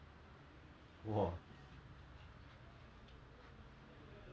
probably like he's so tall oh my god he's my classmate also